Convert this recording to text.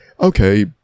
okay